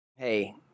Hey